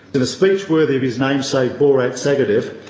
in a speech worthy of his namesake borat sagdiyev,